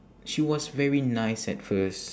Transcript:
she was very nice at first